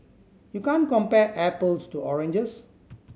you can't compare apples to oranges